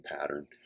pattern